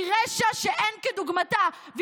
היא רשע שאין כדוגמתו.